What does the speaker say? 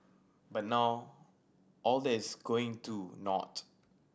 but now all that's going to naught